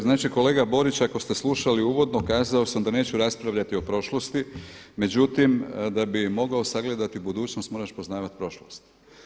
Znači kolega Borić ako ste slušali uvodno kazao sam da neću raspravljati o prošlosti, međutim da bi mogao sagledati budućnost moraš poznavati prošlost.